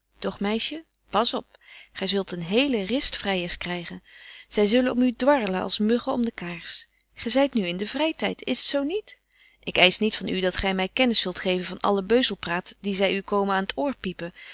meisje pas op gy zult een hele rist vryers krygen zy zullen om u dwarlen als muggen om de kaars gy zyt nu in de vrytyd is t zo niet ik eisch niet van u dat gy my kennis zult geven van alle beuzelpraat die zy u komen aan t oor piepen